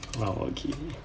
oh okay